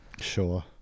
Sure